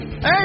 Hey